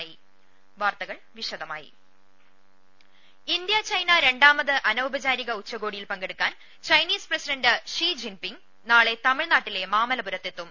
ൾ ൽ ൾ ഇന്ത്യാ ചൈന രണ്ടാമത് അനൌപചാരിക ഉച്ചകോടിയിൽ പങ്കെ ടുക്കാൻ Chinese president Xi Jinping നാളെ തമിഴ്നാ ട്ടിലെ മാമല്ലപുരത്തെത്തും